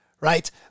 right